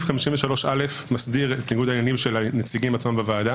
סעיף 53א מסדיר את ניגוד העניינים של הנציגים עצמם בוועדה